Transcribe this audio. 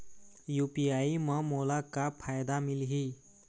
UPI म मोला का फायदा मिलही?